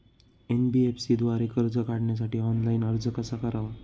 NBFC द्वारे कर्ज काढण्यासाठी ऑनलाइन अर्ज कसा करावा?